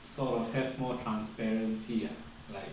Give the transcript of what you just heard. sort of have more transparency ah like